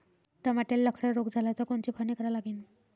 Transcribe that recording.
टमाट्याले लखड्या रोग झाला तर कोनची फवारणी करा लागीन?